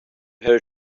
here